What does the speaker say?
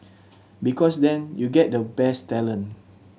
because then you get the best talent